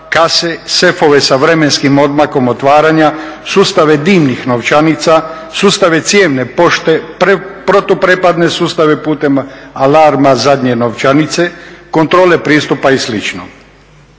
kase, sefove sa vremenskim odmakom otvaranja, sustava dimnih novčanica, sustave cijevne pošte, protu prepadne sustave putem alarma zadnje novčanice, kontrole pristupa i